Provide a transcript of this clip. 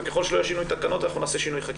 וככל שלא יהיה שינוי תקנות אנחנו נעשה שינוי חקיקה.